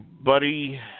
Buddy